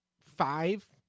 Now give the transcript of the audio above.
five